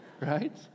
right